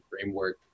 framework